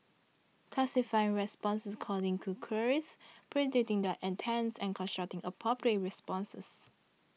classifying responses according to queries predicting their intents and constructing appropriate responses